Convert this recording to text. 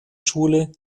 schule